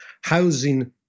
housing